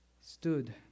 stood